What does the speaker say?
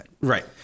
Right